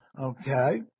Okay